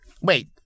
Wait